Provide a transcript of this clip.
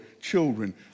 children